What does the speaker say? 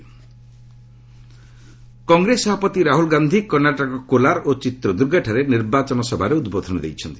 କର୍ଣ୍ଣାଟକ ରାହ୍ୱଲ୍ କଂଗ୍ରେସ ସଭାପତି ରାହୁଲ୍ ଗାନ୍ଧି କର୍ଷାଟକର କୋଲାର୍ ଓ ଚିତ୍ରଦୁର୍ଗାଠାରେ ନିର୍ବାଚନ ସଭାରେ ଉଦ୍ବୋଧନ ଦେଇଛନ୍ତି